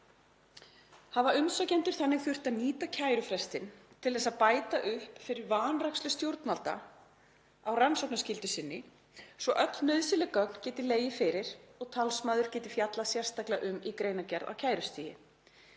„Hafa umsækjendur þannig þurft að nýta kærufrestinn til þess að bæta upp fyrir vanrækslu stjórnvalda á rannsóknarskyldu sinni svo öll nauðsynleg gögn geti legið fyrir og talsmaður geti fjallað sérstaklega um í greinargerð á kærustigi.